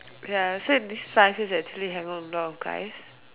ya so in these five years you actually hang out with a lot of guys